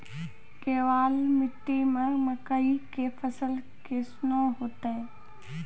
केवाल मिट्टी मे मकई के फ़सल कैसनौ होईतै?